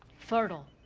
fertile.